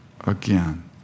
again